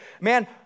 Man